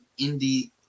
indie